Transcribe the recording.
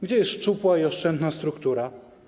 Gdzie jest szczupła i oszczędna struktura?